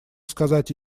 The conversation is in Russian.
сказать